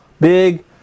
big